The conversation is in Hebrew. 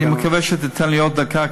אני מקווה שתיתן לי עוד דקה,